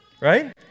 Right